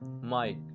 Mike